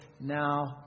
now